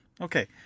Okay